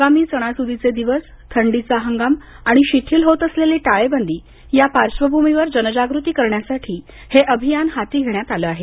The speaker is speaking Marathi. आगामी सणासूदीचे दिवस थंडीचा हंगाम आणि शिथिल होत असलेली टाळेबंदी या पार्श्वभूमीवर जनजागृती करण्यासाठी हे अभियान हाती घेण्यात आलं आहे